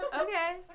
Okay